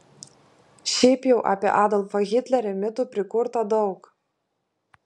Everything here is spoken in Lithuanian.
šiaip jau apie adolfą hitlerį mitų prikurta daug